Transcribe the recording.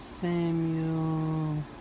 Samuel